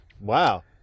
wow